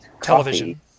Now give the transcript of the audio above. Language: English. television